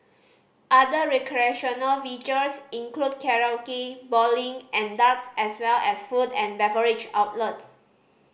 other recreational features include karaoke bowling and darts as well as food and beverage outlets